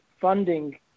funding